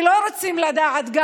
וגם לא רוצים לדעת,